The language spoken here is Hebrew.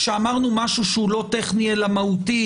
שאמרנו משהו שאינו טכני אלא מהותי.